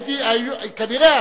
כנראה,